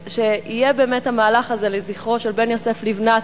ושיהיה באמת המהלך הזה לזכרו של בן יוסף לבנת,